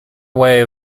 way